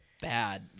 bad